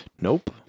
Nope